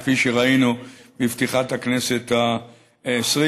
כפי שראינו בפתיחת הכנסת ה-20.